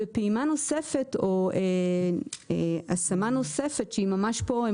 ופעימה נוספת או השמה נוספת שממש פה הם